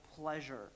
pleasure